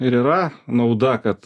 ir yra nauda kad